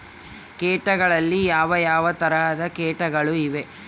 ಕೇಟಗಳಲ್ಲಿ ಯಾವ ಯಾವ ತರಹದ ಕೇಟಗಳು ಇವೆ?